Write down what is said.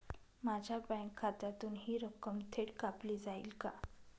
माझ्या बँक खात्यातून हि रक्कम थेट कापली जाईल का?